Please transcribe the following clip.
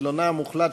מכלוף מיקי זוהר,